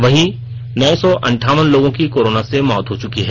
वहीं नौ सौ अंठावन लोगों की कोरोना से मौत हो चुकी है